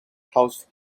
horse